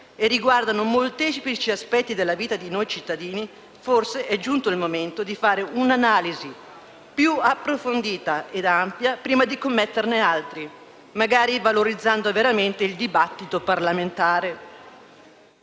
e riguardano molteplici aspetti della vita di noi cittadini, forse è giunto il momento di fare un'analisi più approfondita e ampia prima di commetterne altri, magari valorizzando veramente il dibattito parlamentare.